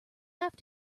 have